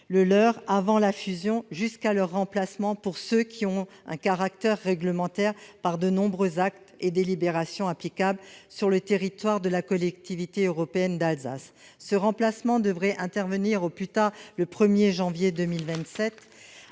le leur avant la fusion, jusqu'à leur remplacement, pour ceux qui ont un caractère réglementaire, par de nouveaux actes et délibérations applicables sur le territoire de la Collectivité européenne d'Alsace. Ce remplacement devrait intervenir au plus tard le 1janvier 2027.